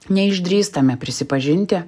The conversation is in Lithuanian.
neišdrįstame prisipažinti